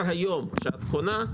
כשאת קונה כבר היום,